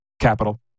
Capital